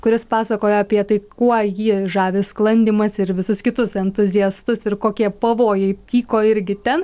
kuris pasakoja apie tai kuo jį žavi sklandymas ir visus kitus entuziastus ir kokie pavojai tyko irgi ten